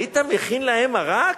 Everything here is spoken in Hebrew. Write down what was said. היית מכין להם מרק?